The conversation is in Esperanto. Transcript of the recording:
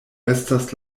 estas